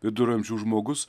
viduramžių žmogus